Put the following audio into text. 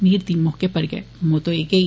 मीर दी मौके उप्पर गै मौत होई गेई